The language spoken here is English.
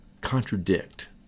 contradict